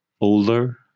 older